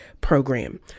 Program